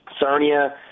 Sarnia